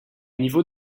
niveau